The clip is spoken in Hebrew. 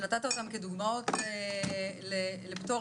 שנתת אותם כדוגמאות לפטורים.